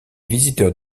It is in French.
visiteurs